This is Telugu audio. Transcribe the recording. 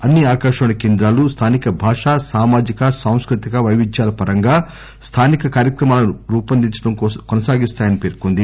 అన్ని ఆకాశవాణి కేంద్రాలు స్థానిక భాష సామాజిక సాంస్కృతిక పైవిధ్యాల పరంగా స్థానిక కార్యక్రమాలను రూపొందించడం కొనసాగిస్తాయని పేర్కొంది